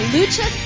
Lucha